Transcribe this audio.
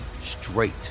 straight